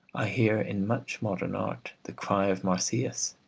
i hear in much modern art the cry of marsyas.